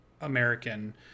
American